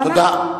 תודה.